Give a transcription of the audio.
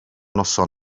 noson